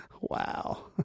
Wow